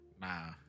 Nah